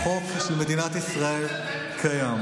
החוק של מדינת ישראל קיים.